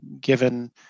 given